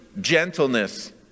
gentleness